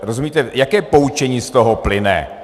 Rozumíte, jaké poučení z toho plyne?